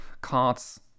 cards